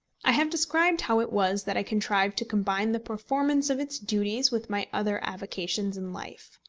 i have described how it was that i contrived to combine the performance of its duties with my other avocations in life.